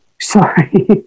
Sorry